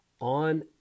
On